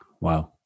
Wow